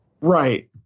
Right